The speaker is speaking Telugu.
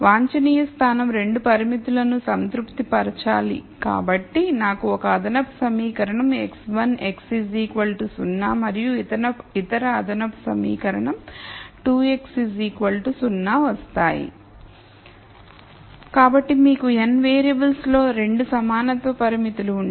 వాంఛనీయ స్థానం రెండు పరిమితులను సంతృప్తి పరచాలి కాబట్టి నాకు ఒక అదనపు సమీకరణం x1 x 0 మరియు ఇతర అదనపు సమీకరణం 2 x 0 వస్తాయి